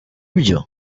byo